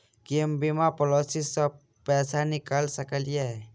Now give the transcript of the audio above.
की हम बीमा पॉलिसी सऽ पैसा निकाल सकलिये?